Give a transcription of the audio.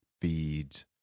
feeds